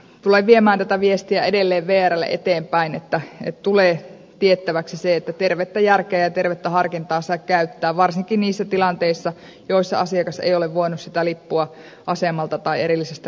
tulen viemään tätä viestiä edelleen vrlle eteenpäin että tulee tiettäväksi se että tervettä järkeä ja tervettä harkintaa saa käyttää varsinkin niissä tilanteissa joissa asiakas ei ole voinut sitä lippua asemalta tai erillisestä lippupisteestä hankkia